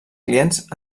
clients